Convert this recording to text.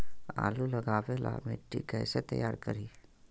आलु लगावे ला मिट्टी कैसे तैयार करी?